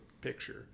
picture